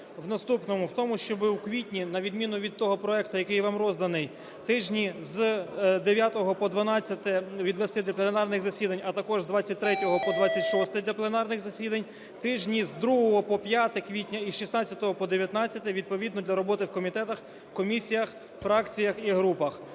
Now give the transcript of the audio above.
в наступному. В тому, щоб у квітні на відміну від того проекту, який вам розданий, тижні з 9 по 12 відвести для пленарних засідань, а також з 23 по 26 для пленарних засідань; тижні з 2 по 5 квітня і з 16 по 19 відповідно для роботи в комітетах, комісіях, фракціях і групах.